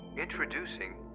Introducing